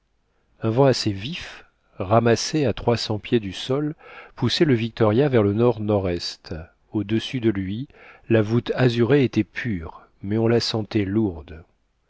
un vent assez vif ramassé à trois cents pieds du sol poussait le victoria vers le nord nord est au-dessus de lui la voûte azurée était pure mais on la sentait lourde